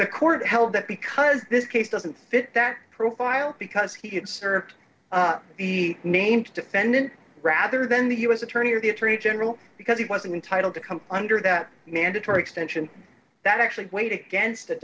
the court held that because this case doesn't fit that profile because he had served be named defendant rather than the u s attorney or the attorney general because he wasn't entitled to come under that mandatory extension that actually weighed against